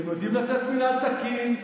הם יודעים לתת מינהל תקין,